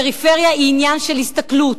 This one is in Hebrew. פריפריה היא עניין של הסתכלות,